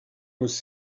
was